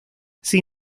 sin